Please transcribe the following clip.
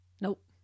Nope